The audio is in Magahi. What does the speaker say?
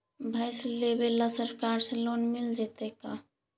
भैंस लेबे ल सरकार से लोन मिल जइतै का?